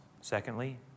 Secondly